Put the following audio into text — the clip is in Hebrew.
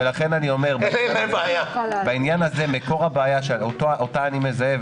ולכן אני אומר: מקור הבעיה שאותה אני מזהה,